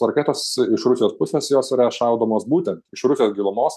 raketos iš rusijos pusės jos yra šaudamos būtent iš rūsio gilumos